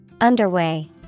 Underway